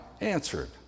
answered